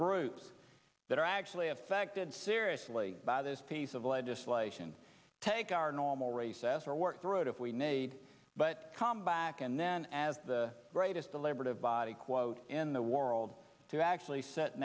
groups that are actually affected seriously by this piece of legislation take our normal recess or work the road if we made but come back and then as the greatest deliberative body quote in the world to actually s